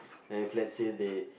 and if let's say they